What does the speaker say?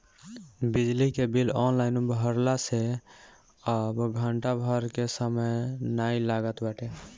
बिजली के bill online भरला से अब घंटा भर के समय नाइ लागत बाटे